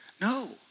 No